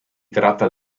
tratta